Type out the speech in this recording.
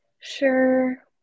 Sure